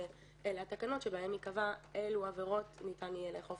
שאלה התקנות שבהן ייקבע אילו עבירות ניתן יהיה לאכוף